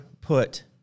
put